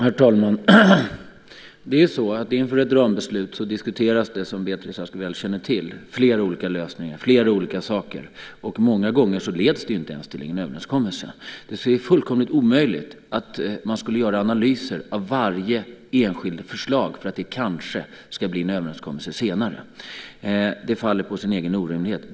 Herr talman! Som Beatrice Ask mycket väl känner till diskuteras inför ett rambeslut flera olika lösningar och saker, och många gånger leder det inte ens till en överenskommelse. Det är fullständigt omöjligt att man skulle göra analyser av varje enskilt förslag därför att det kanske leder till en överenskommelse senare. Det faller på sin egen orimlighet.